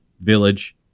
village